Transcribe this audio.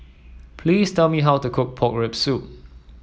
please tell me how to cook Pork Rib Soup